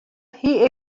hie